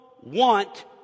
want